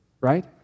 right